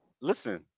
listen